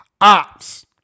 ops